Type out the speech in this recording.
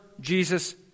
Jesus